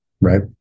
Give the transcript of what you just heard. right